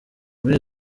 muri